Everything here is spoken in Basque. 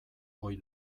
ohi